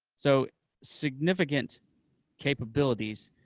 so significant capabilities,